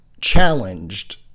challenged